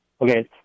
Okay